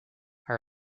are